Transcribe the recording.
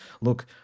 look